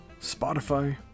Spotify